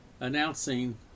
announcing